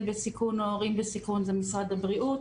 בסיכון או על הורים בסיכון זה משרד הבריאות.